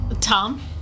Tom